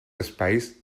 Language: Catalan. espais